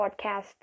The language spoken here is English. podcast